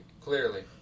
clearly